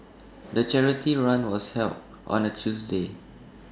the charity run was held on A Tuesday